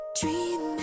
dream